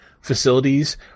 facilities